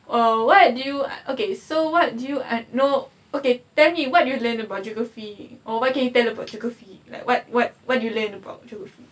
oh what do you okay so what do you I know okay tell me what you learned about geography or what can you tell about geography like what what what do you learn about geography